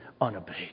unabated